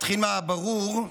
נתחיל מהברור: